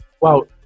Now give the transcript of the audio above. Wow